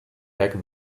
back